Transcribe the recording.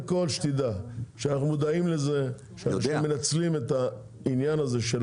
תדע שאנחנו מודעים לזה שהם מנצלים את העניין הזה של